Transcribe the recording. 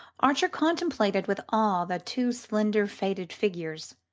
archer contemplated with awe the two slender faded figures,